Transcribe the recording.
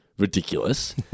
Ridiculous